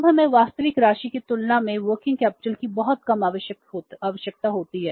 तब हमें वास्तविक राशि की तुलना में कार्यशील पूंजी की बहुत कम आवश्यकता होती है